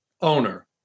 owner